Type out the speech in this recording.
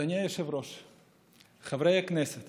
חברי הכנסת